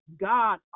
God